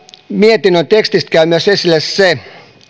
mietinnön tekstistä käy myös esille se